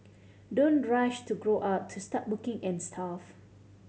don't rush to grow up to start working and stuff